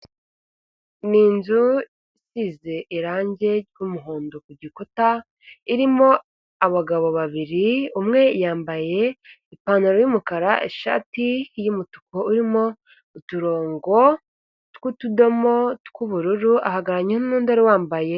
Ni inzu isize irangi ry'umuhondo ku gikuta irimo abagabo babiri, umwe yambaye ipantaro y'umukara ishati y'umutuku urimo uturongo tw'utudomo tw'ubururu ahagararanye nundi wari wambaye.